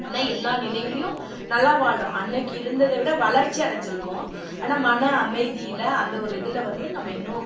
ஆனால் எல்லா நிலையிலேயும் நல்லா வாழ்கிறோம் அன்றைக்கு இருந்ததை விட வளர்ச்சி அடைஞ்சிருக்கோம் ஆனால் மன அமைதியில் அந்த ஒரு இதில் வந்து நம்ம இன்னும்